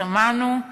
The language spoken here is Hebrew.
שמענו.